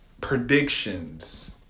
predictions